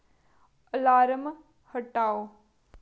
alarm हटाओ